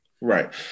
Right